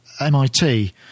MIT